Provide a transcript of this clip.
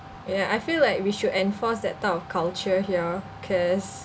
ya I feel like we should enforce that type of culture here cause